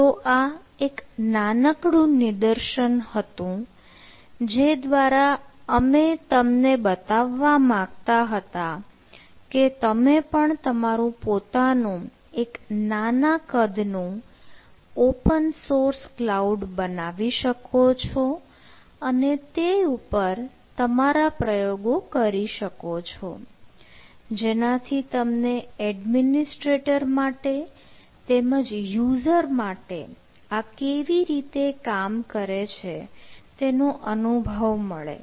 તો આ એક નાનકડું નિદર્શન હતું જે દ્વારા અમે તમને બતાવવા માંગતા હતા કે તમે પણ તમારું પોતાનું એક નાના કદનું ઓપન સોર્સ કલાઉડ બનાવી શકો છો અને તે ઉપર તમારા પ્રયોગો કરી શકો છો જેનાથી તમને એડમિનિસ્ટ્રેટર માટે તેમજ યુઝર માટે આ કેવી રીતે કામ કરે છે તેનો અનુભવ મળે